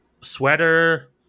sweater